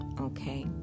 okay